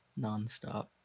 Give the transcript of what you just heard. nonstop